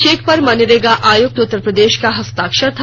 check पर मनरेगा आयुक्त उत्तर प्रदेश का हस्ताक्षर था